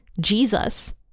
Jesus